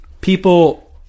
people